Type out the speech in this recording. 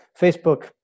Facebook